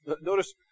Notice